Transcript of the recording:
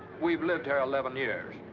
we've lived here eleven years.